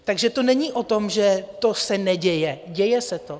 Takže to není o tom, že to se neděje, děje se to.